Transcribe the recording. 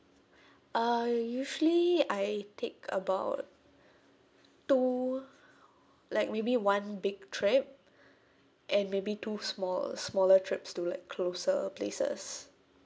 uh usually I take about two like maybe one big trip and maybe two small smaller trips to like closer places